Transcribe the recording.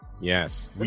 Yes